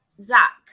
Zach